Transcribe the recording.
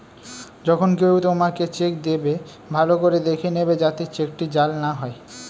যখন কেউ তোমাকে চেক দেবে, ভালো করে দেখে নেবে যাতে চেকটি জাল না হয়